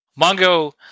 Mongo